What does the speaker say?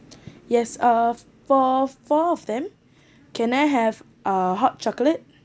yes uh for four of them can I have uh hot chocolate